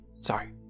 sorry